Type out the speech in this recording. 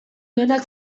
duenak